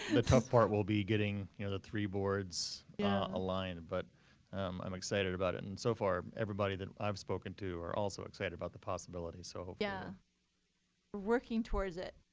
the tough part will be getting you know the three boards yeah aligned. but i'm excited about it. and so far everybody that i've spoken to are also excited about the possibility. we're so yeah working towards it.